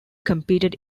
competed